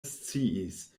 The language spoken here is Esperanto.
sciis